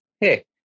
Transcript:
Hey